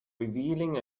revealing